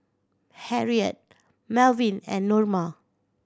Harriette Malvin and Norma